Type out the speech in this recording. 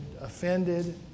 offended